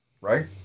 right